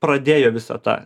pradėjo visą tą